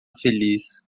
feliz